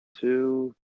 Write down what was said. two